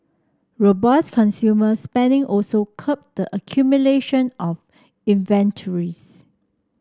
robust consumer spending also curbed the accumulation of inventories